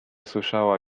słyszała